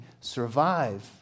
survive